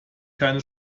keine